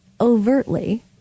overtly